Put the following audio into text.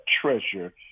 treasure